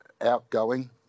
outgoing